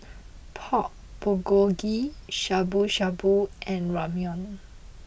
Pork Bulgogi Shabu Shabu and Ramyeon